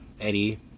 Eddie